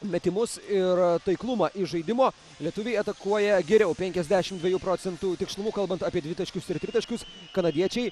metimus ir taiklumą iš žaidimo lietuviai atakuoja geriau penkiasdešimt dviejų procentų tikslumu kalbant apie dvitaškius ir tritaškius kanadiečiai